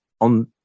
on